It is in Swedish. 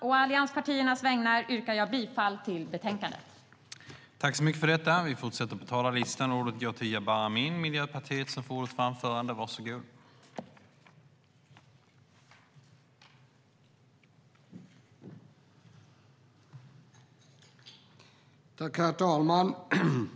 Å allianspartiernas vägnar yrkar jag bifall till utskottets förslag i betänkandet.